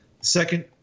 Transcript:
second